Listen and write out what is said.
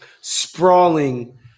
sprawling